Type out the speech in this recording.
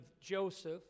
Joseph